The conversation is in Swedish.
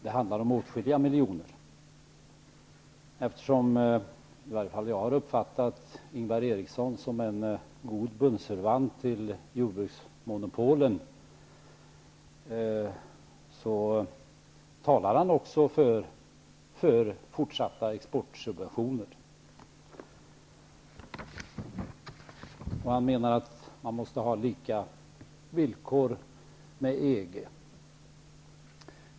Det handlar om åtskilliga miljoner. Jag har uppfattat Ingvar Eriksson som en god bundsförvant till jordbruksmonopolen. Han talar också för fortsatta exportsubventioner. Han menar att vi måste ha lika villkor med EG.